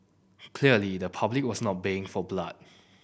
clearly the public was not baying for blood